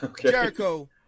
Jericho